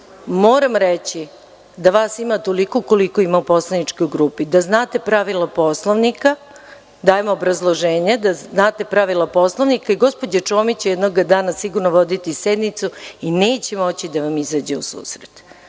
moram reći da vas ima toliko koliko ima u poslaničkoj grupi. Da znate pravila Poslovnika, dajem obrazloženje, da znate pravila Poslovnika i gospođa Čomić će jednoga dana sigurno voditi sednicu i neće moći da vam izađe u